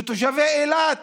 שתושבי אילת